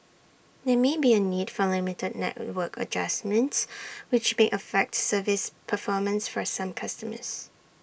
there may be A need for limited network adjustments which may affect service performance for some customers